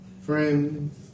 Friends